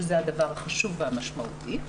שזה הדבר החשוב והמשמעותי.